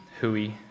hooey